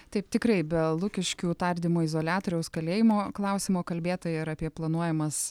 taip tikrai be lukiškių tardymo izoliatoriaus kalėjimo klausimo kalbėta ir apie planuojamas